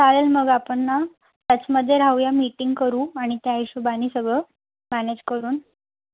चालेल मग आपण ना टचमध्ये राहूया मीटिंग करू आणि त्या हिशोबाने सगळं मॅनेज करून